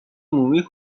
مومی